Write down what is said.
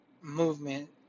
movement